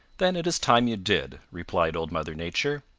then it is time you did, replied old mother nature.